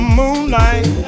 moonlight